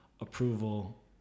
approval